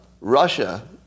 Russia